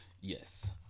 Yes